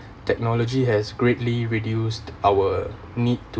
technology has greatly reduced our need to